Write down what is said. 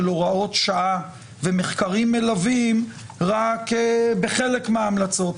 הוראות שעה ומחקרים מלווים רק בחלק מההמלצות.